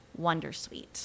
Wondersuite